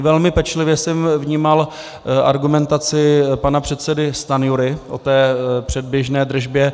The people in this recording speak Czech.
Velmi pečlivě jsem vnímal argumentaci pana předsedy Stanjury o té předběžné držbě.